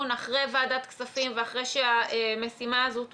אחרי ועדת כספים ואחרי שהמשימה הזו תושלם,